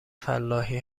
فلاحی